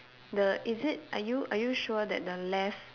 the is it are you are you sure that the left